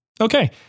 Okay